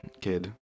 kid